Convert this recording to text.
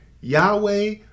Yahweh